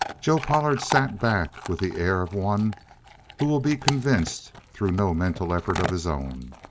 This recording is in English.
joe pollard sat back with the air of one who will be convinced through no mental effort of his own.